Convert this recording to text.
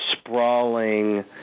sprawling